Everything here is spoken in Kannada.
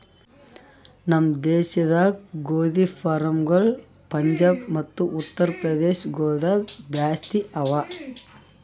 ನಮ್ ದೇಶದಾಗ್ ಗೋದಿ ಫಾರ್ಮ್ಗೊಳ್ ಪಂಜಾಬ್ ಮತ್ತ ಉತ್ತರ್ ಪ್ರದೇಶ ಗೊಳ್ದಾಗ್ ಜಾಸ್ತಿ ಅವಾ